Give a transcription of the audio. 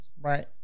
right